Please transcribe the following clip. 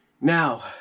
Now